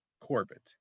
corbett